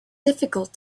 difficult